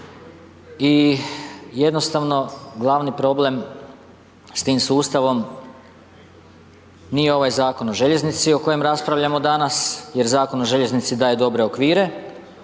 i jednostavno glavni problem s tim sustavom nije ovaj Zakon o željeznici o kojem raspravljamo danas jer Zakon o željeznici daje dobre okvire,